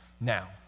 Now